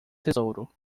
tesouro